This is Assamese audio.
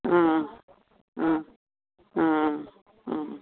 অঁ অঁ অঁ অঁ অঁ